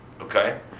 okay